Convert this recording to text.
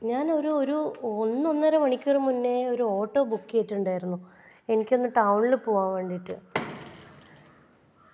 ഞാനൊരു ഒരു ഒന്നൊന്നര മണിക്കൂർ മുന്നേ ഒരോട്ടൊ ബുക്ക് ചെയ്തിട്ടുണ്ടാരുന്നു എനിയ്ക്കൊന്ന് ടൗണിൽ പോകാൻ വേണ്ടീട്ട്